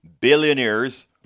billionaires